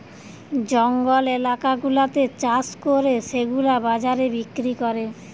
জঙ্গল এলাকা গুলাতে চাষ করে সেগুলা বাজারে বিক্রি করে